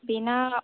बेना